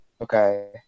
Okay